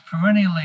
perennially